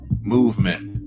movement